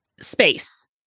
space